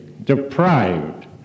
deprived